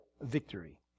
victory